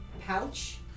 pouch